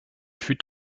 fut